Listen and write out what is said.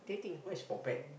what is potpet